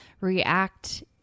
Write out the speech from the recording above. react